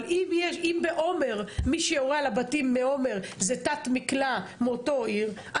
אבל אם מי שיורה על הבתים בעומר זה תת מקלע מאותה עיר,